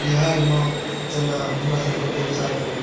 बिहारमे जेना हमरासभके व्यवसायके